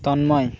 Tanmoy